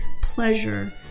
pleasure